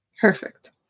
Perfect